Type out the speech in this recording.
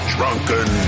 Drunken